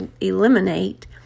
eliminate